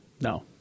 No